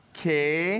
Okay